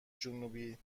جنوبی